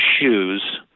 shoes